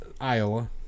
Iowa